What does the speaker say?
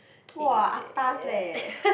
!wah! atas leh